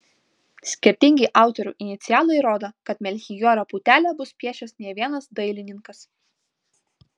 skirtingi autorių inicialai rodo kad melchijorą putelę bus piešęs ne vienas dailininkas